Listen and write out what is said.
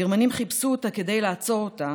הגרמנים חיפשו אותה כדי לעצור אותה,